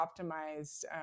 optimized